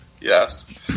Yes